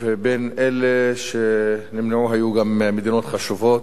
ובין אלה שנמנעו היו גם מדינות חשובות.